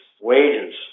wages